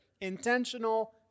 intentional